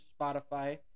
Spotify